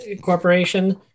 corporation